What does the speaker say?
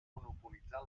monopolitzar